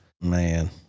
Man